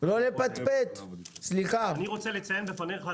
אני רוצה לציין בפניך,